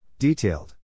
Detailed